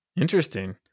Interesting